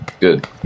Good